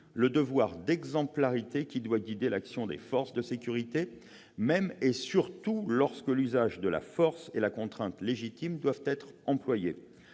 le devoir d'exemplarité qui doit guider l'action des forces de sécurité, même et surtout lorsque la force et la contrainte légitimes doivent être employées.